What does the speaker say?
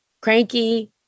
cranky